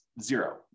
zero